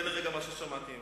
זה הרגע מה ששמעתי ממך.